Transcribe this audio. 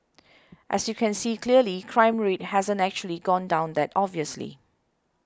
as you can see clearly crime rate hasn't actually gone down that obviously